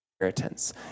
inheritance